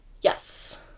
Yes